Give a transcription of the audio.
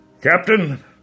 Captain